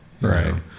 right